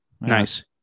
Nice